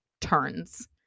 turns